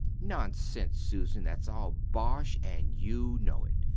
nonsense, susan! that's all bosh, an' you know it.